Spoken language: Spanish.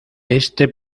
este